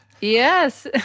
Yes